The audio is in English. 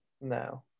No